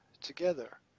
together